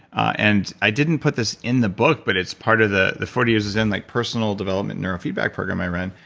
and i didn't put this in the book but it's part of the the forty years of zen like personal development and neurofeedback program i run.